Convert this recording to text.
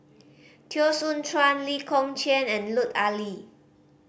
Teo Soon Chuan Lee Kong Chian and Lut Ali